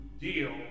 deal